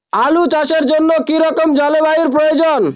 আলু চাষের জন্য কি রকম জলবায়ুর প্রয়োজন?